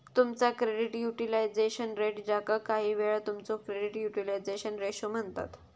तुमचा credit utilisation rate, ज्याका काहीवेळा तुमचो क्रेडिट युटिलायझेशन रेशो म्हणतत